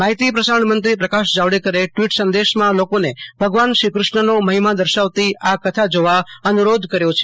માહિતી પ્રસારણ મંત્રી પ્રકાશ જાવડેકર ટવીટ સંદશમાં લોકોન ભગવાન શ્રી ક્રષ્ણનો મહિમા દર્શાવતી આ કથા જોવા અનુરોધ કર્યો છે